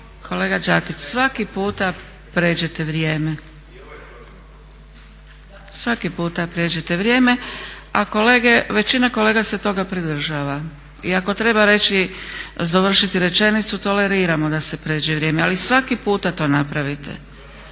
Kolega Đakić, svaki puta pređete vrijeme. … /Upadica se ne razumije./ … Svaki puta pređete vrijeme, a većina kolega se toga pridržava i ako treba dovršiti rečenicu toleriramo da se prijeđe vrijeme, ali svaki puta to napravite.